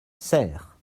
serres